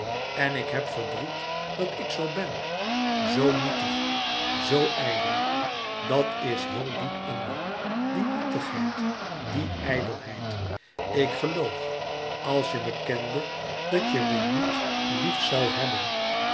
en ik heb verdriet dat ik zoo ben zoo nietig zoo ijdel dat is heel diep in me die nietigheid die ijdelheid ik geloof als je me kende dat je me niet lief zoû hebben